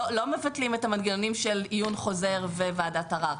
לא מבטלים את המנגנונים של עיון חוזר וועדת ערר,